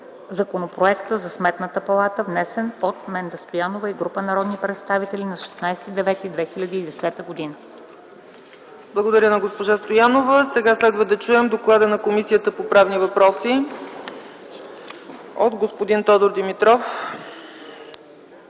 Законопроекта за Сметната палата, внесен от Менда Стоянова и група народни представители на 16.09.2010 г.” ПРЕДСЕДАТЕЛ ЦЕЦКА ЦАЧЕВА: Благодаря на госпожа Стоянова. Следва да чуем доклада на Комисията по правни въпроси от господин Тодор Димитров.